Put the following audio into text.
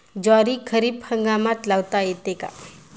ज्वारी खरीप हंगामात लावता येते का?